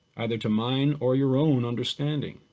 either to mine or your own understanding,